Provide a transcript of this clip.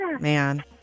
man